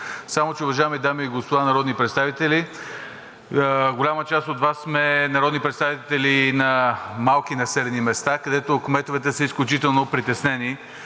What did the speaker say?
Само че, уважаеми дами и господа народни представители, голяма част от Вас сме народни представители на малки населени места, където кметовете са изключително притеснени.